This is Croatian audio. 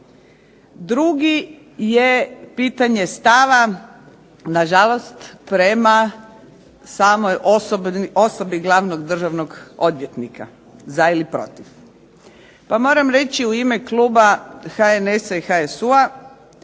Drugi je pitanje stava, nažalost, prema samoj osobi Glavnog državnog odvjetnika za ili protiv. Pa moram reći u ime kluba HNS-HSU-a